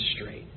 straight